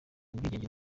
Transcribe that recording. ubwigenge